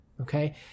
okay